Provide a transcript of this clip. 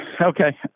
Okay